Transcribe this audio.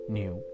new